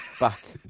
back